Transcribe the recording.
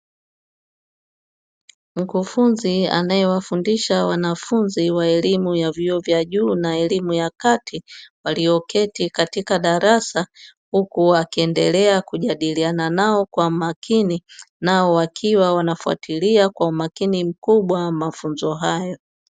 Mkufunzi anayewafundisha wanafunzi wa elimu ya vyuo vya juu na elimu ya kati, walioketi katika darasa huku wakiendelea kujadiliana nao kwa makini. Nao wakiwa wanafatilia kwa umakini mkubwa mafunzo hayo.